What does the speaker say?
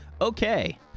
Okay